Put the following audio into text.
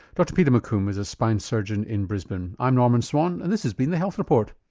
dr peter mccombe is a spinal surgeon in brisbane, i'm norman swan and this has been the health report.